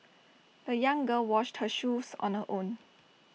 the young girl washed her shoes on her own